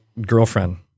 girlfriend